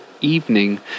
evening